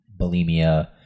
bulimia